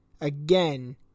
Again